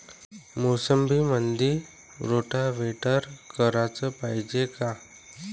मोसंबीमंदी रोटावेटर कराच पायजे का?